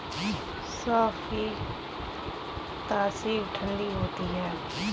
सौंफ की तासीर ठंडी होती है